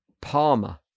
Palmer